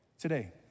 today